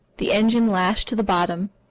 the engine lashed to the bottom,